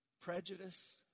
prejudice